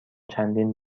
چندین